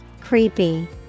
Creepy